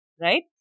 Right